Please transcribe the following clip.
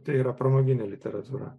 tai yra pramoginė literatūra